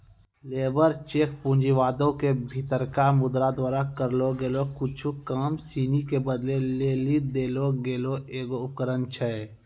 labour cheque पूँजीवादो के भीतरका मुद्रा द्वारा करलो गेलो कुछु काम सिनी के बदलै लेली देलो गेलो एगो उपकरण छै